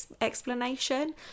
explanation